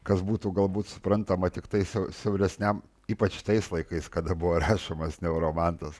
kas būtų galbūt suprantama tiktai siauresniam ypač tais laikais kada buvo rašomas neuromantas